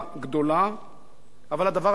אבל הדבר היה ברור, ברור מזמן.